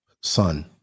son